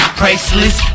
priceless